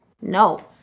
No